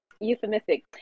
euphemistic